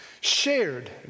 shared